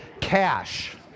cash